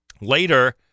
Later